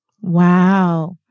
Wow